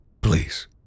Please